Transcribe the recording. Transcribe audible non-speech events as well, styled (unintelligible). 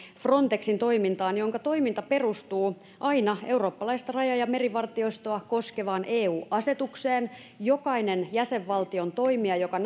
frontexin toimintaan jonka toiminta perustuu aina eurooppalaista raja ja merivartiostoa koskevaan eu asetukseen jokainen jäsenvaltion toimija joka (unintelligible)